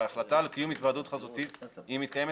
וההחלטה על קיום היוועדות חזותית מתקיימת